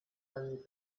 and